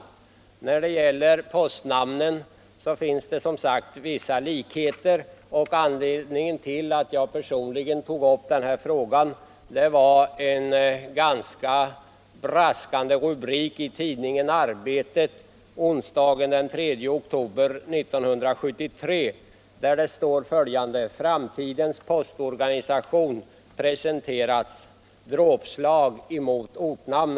Anledningen till att jag började intressera mig för frågan om postanstalternas namn var en ganska braskande rubrik :i tidningen Arbetet onsdagen den 3 oktober 1973: Framtidens postgiroorganisation presenterade dråpslag mot ortsnamn.